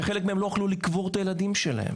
שחלק מהם לא יכלו לקבור את הילדים שלהם,